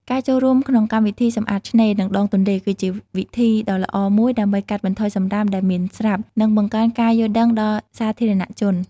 ការចូលរួមក្នុងកម្មវិធីសម្អាតឆ្នេរ និងដងទន្លេ គឺជាវិធីដ៏ល្អមួយដើម្បីកាត់បន្ថយសំរាមដែលមានស្រាប់ និងបង្កើនការយល់ដឹងដល់សាធារណជន។